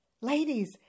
ladies